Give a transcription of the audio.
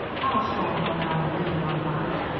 i'll show em whether i'm a lady or not.